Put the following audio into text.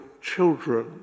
children